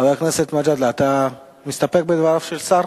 חבר הכנסת מג'אדלה, אתה מסתפק בדבריו של השר.